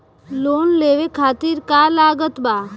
Loan लेवे खातिर का का लागत ब?